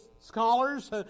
scholars